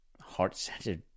heart-centered